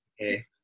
Okay